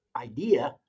idea